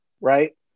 right